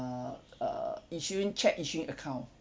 uh uh issuing cheque issuing account